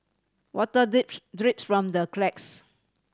water drips from the cracks